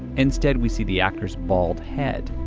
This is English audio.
instead we see the actors bald head.